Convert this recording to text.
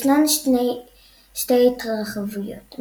ישנן שתי התרחבויות,